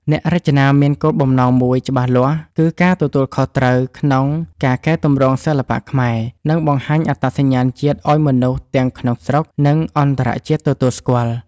អ្នករចនាមានគោលបំណងមួយច្បាស់លាស់ គឺការទទួលខុសត្រូវក្នុងការកែទម្រង់សិល្បៈខ្មែរ និងបង្ហាញអត្តសញ្ញាណជាតិឲ្យមនុស្សទាំងក្នុងស្រុក និងអន្តរជាតិទទួលស្គាល់។